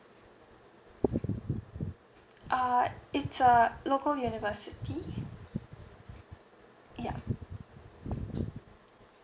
uh it's uh local university ya